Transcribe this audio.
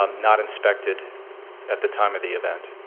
um not inspected at the time of the event?